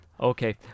okay